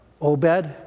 Obed